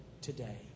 today